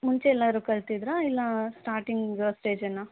ಮುಂಚೆ ಎಲ್ಲಾರು ಕಲ್ತಿದೀರಾ ಇಲ್ಲ ಸ್ಟಾರ್ಟಿಂಗ್ ಸ್ಟೇಜೆಯಾ